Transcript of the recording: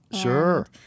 sure